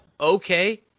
Okay